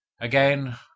Again